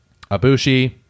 Abushi